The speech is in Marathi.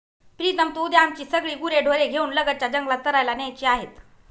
प्रीतम तू उद्या आमची सगळी गुरेढोरे घेऊन लगतच्या जंगलात चरायला न्यायची आहेत